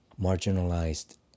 marginalized